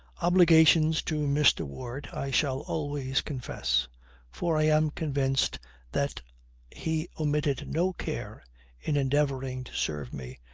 obligations to mr. ward i shall always confess for i am convinced that he omitted no care in endeavoring to serve me,